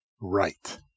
right